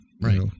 Right